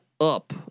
up